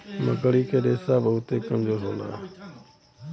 मकड़ी क रेशा बहुते कमजोर होला